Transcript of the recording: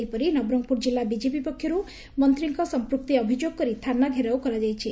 ସେହିପରି ନବରଙ୍ଙପୁର ଜିଲ୍ଲା ବିଜେପି ପକ୍ଷରୁ ମନ୍ତୀଙ୍କ ସମ୍ମୁକ୍ତି ଅଭିଯୋଗ ଥାନା ଘେରାଉ କରାଯାଇଛି